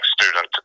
student